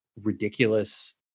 ridiculous